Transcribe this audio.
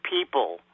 people